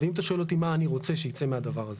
ואם אתה שואל אותי מה אני רוצה שייצא מהדבר הזה.